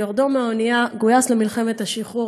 ביורדו מהאנייה הוא גויס למלחמת השחרור